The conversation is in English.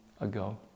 ago